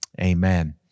Amen